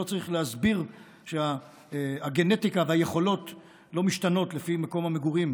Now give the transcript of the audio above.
לא צריך להסביר שהגנטיקה והיכולות לא משתנות לפי מקום המגורים